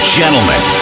gentlemen